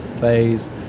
phase